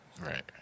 Right